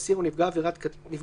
אסיר או נפגע עבירה קטין,